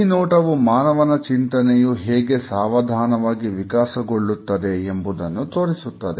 ಈ ನೋಟವು ಮಾನವನ ಚಿಂತನೆಯು ಹೇಗೆ ಸಾವಧಾನವಾಗಿ ವಿಕಾಸಗೊಳ್ಳುತ್ತದೆ ಎಂಬುದನ್ನು ತೋರಿಸುತ್ತದೆ